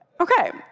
Okay